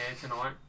tonight